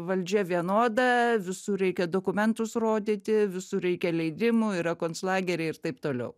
valdžia vienoda visur reikia dokumentus rodyti visur reikia leidimų yra konclageriai ir taip toliau